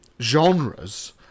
genres